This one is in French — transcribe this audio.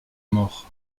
mort